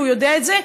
הוא יודע את זה,